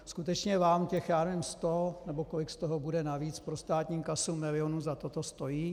Skutečně vám těch sto nebo kolik toho bude navíc pro státní kasu milionů za toto stojí?